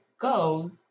goes